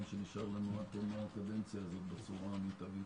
שנותר לנו עד תום הקדנציה הזו בצורה מיטבית.